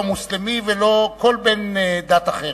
לא מוסלמי ולא כל בן דת אחרת.